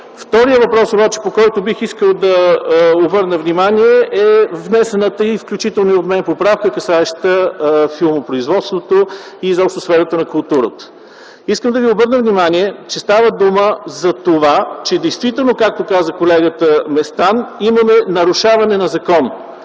Вторият въпрос, обаче, по който бих искал да обърна внимание, е внесената включително и от мен поправка, касаеща филмопроизводството и изобщо сферата на културата. Искам да ви обърна внимание, че става дума за това, че действително, както каза колегата Местан, имаме нарушаване на закон.